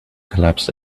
collapsed